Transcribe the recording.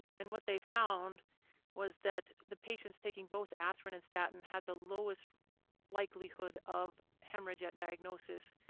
and what they found was that the patients taking both aspirin and statin had the lowest likelihood of hemorrhage at diagnosis,